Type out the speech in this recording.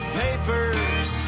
papers